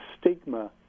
stigma